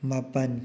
ꯃꯥꯄꯟ